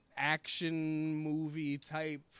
action-movie-type